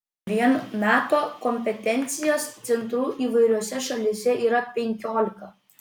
vien nato kompetencijos centrų įvairiose šalyse yra penkiolika